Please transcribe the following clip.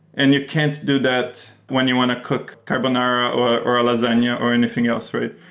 and you can't do that when you want to cook carbonara or or a lasagna or anything else, right?